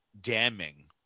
damning